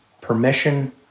permission